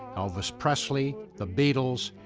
elvis presley, the beatles.